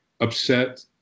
upset